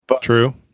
True